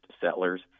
settlers